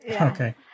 Okay